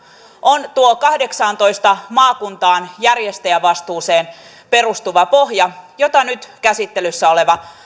on tuo kahdeksaantoista maakuntaan järjestäjävastuuseen perustuva pohja jota nyt käsittelyssä oleva